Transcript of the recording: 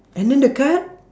and then the card